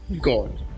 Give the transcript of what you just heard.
God